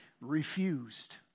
refused